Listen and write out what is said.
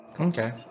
Okay